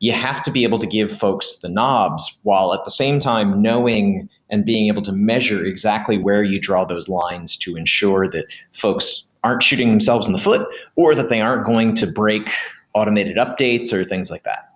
you have to be able to give folks the knobs while at the same time knowing and being able to measure exactly where you draw those lines to ensure that folks aren't shooting themselves in the foot or that they are going to break automated updates or things like that.